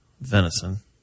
venison